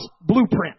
blueprint